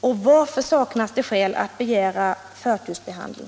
Och varför saknas det skäl att begära förtursbehandling?